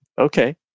okay